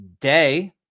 Day